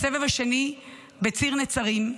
בסבב השני בציר נצרים,